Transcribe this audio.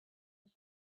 have